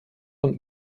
und